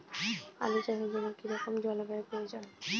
আলু চাষের জন্য কি রকম জলবায়ুর প্রয়োজন?